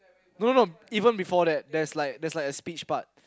no no no even before that there's like there's like a speech part